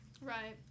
Right